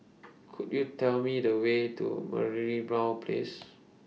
Could YOU Tell Me The Way to Merlimau Place